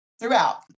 throughout